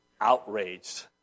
outraged